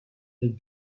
est